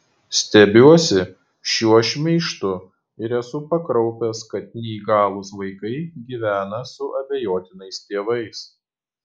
stebiuosi šiuo šmeižtu ir esu pakraupęs kad neįgalūs vaikai gyvena su abejotinais tėvais